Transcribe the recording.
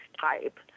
type